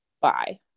bye